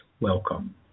welcome